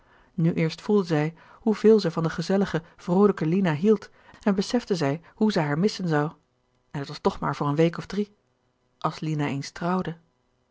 nu eerst voelde zij hoe veel zij van de gezellige vroolijke lina hield en besefte zij hoe ze haar missen zou en t was toch maar voor een week of drie als lina eens trouwde